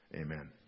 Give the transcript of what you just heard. Amen